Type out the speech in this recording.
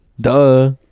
Duh